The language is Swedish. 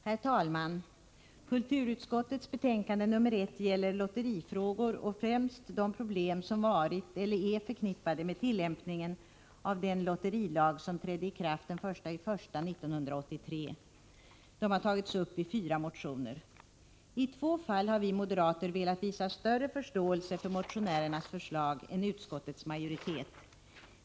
Herr talman! Kulturutskottets betänkande nr 1 gäller lotterifrågor, främst de problem som varit eller är förknippade med tillämpningen av den lotterilag som trädde i kraft den 1 januari 1983. Frågorna har tagits upp i fyra motioner. I två fall har vi moderater velat visa större förståelse för motionärernas förslag än utskottets majoritet.